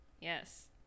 yes